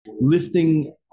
lifting